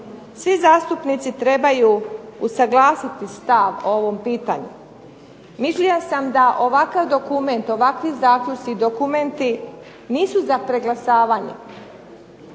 svi zastupnici trebaju usaglasiti stav o ovom pitanju. Mišljenja sam da ovakav dokument, ovakvi zaključci i dokumenti nisu za preglasavanje